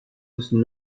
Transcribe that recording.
müssen